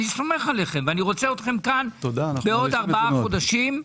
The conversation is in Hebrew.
אני סומך עליכם ואני רוצה אתכם כאן בעוד ארבעה חודשים.